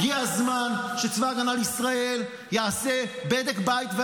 הגיע הזמן שצבא הגנה לישראל יעשה בדק בית.